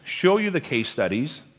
show you the case studies